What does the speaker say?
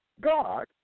God